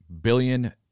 billion